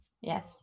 Yes